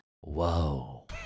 Whoa